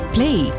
Play